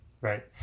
Right